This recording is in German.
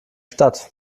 stadt